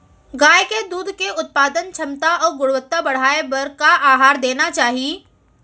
गाय के दूध के उत्पादन क्षमता अऊ गुणवत्ता बढ़ाये बर का आहार देना चाही?